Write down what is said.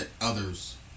others